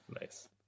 Nice